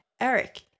Eric